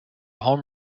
home